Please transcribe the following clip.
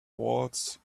walls